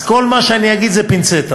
אז כל מה שאני אגיד זה בפינצטה.